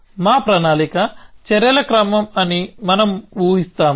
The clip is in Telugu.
మా ప్రణాళిక చర్యల క్రమం అని మనం ఊహిస్తాము